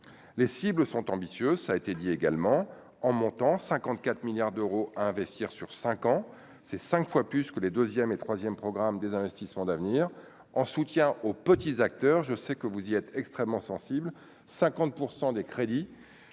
les cibles sont ambitieux, ça a été dit également en montant 54 milliards d'euros, investir sur 5 ans, c'est 5 fois plus que les 2ème et 3ème programme des investissements d'avenir, en soutien aux petits acteurs, je sais que vous y êtes extrêmement sensible 50 % des crédits